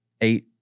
Eight